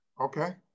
Okay